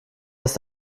dass